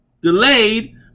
delayed